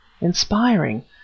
inspiring